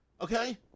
okay